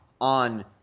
on